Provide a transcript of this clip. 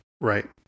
Right